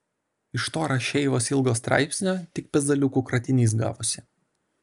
iš to rašeivos ilgo straipsnio tik pezaliukų kratinys gavosi